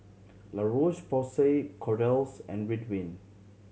La Roche Porsay Kordel's and Ridwind